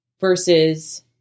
versus